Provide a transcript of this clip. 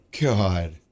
God